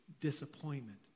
disappointment